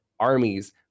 armies